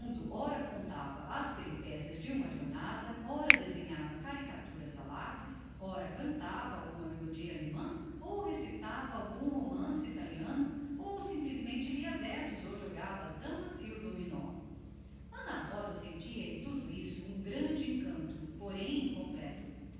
ora contava com graça as peripécias de uma jornada ora desenhava a lápis a caricatura dos conhecidos da casa ora solfejava alguma melodia alemã ou algum romance italiano ou quando menos lia versos e contos escolhidos ana rosa sentia em tudo isso um grande encanto mas incompleto